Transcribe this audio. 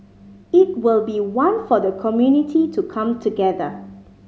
it will be one for the community to come together